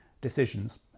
decisions